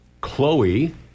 Chloe